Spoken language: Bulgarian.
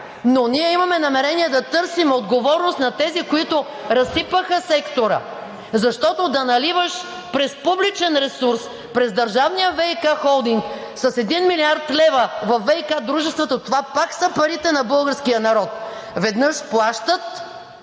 но ние имаме намерение да търсим отговорност на тези, които разсипаха сектора, защото да наливаше през публичен ресурс, през държавния ВиК холдинг с 1 млрд. лв. във ВиК дружествата, това пак са парите на българския народ – веднъж плащат,